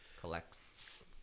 Collects